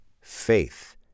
faith